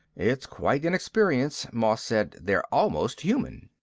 it's quite an experience, moss said. they're almost human.